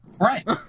Right